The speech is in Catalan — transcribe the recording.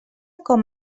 com